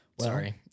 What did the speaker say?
Sorry